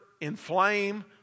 inflame